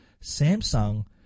Samsung